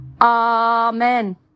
Amen